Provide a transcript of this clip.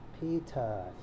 Peter